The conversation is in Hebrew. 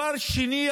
דבר שני,